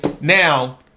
Now